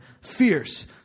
fierce